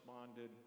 responded